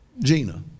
Gina